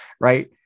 right